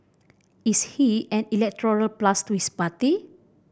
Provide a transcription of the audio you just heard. is he an electoral plus to his party